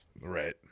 Right